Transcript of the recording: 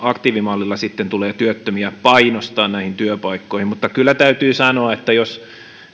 aktiivimallilla sitten tulee työttömiä painostaa näihin työpaikkoihin mutta kyllä täytyy sanoa että jos